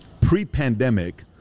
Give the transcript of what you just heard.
pre-pandemic